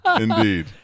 Indeed